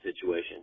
situation